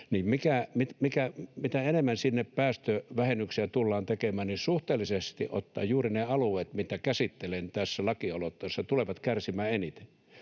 ja mitä enemmän sinne päästövähennyksiä tullaan tekemään, sitä enemmän suhteellisesti ottaen juuri ne alueet, mitä käsittelen tässä lakialoitteessa, tulevat kärsimään.